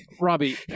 Robbie